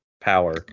power